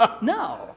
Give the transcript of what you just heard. No